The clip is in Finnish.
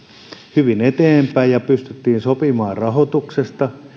hyvin eteenpäin ja pystyttiin sopimaan rahoituksesta